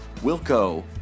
Wilco